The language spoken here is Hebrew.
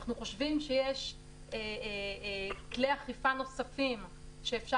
אנחנו חושבים שיש כלי אכיפה נוספים שאפשר